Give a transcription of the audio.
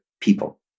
people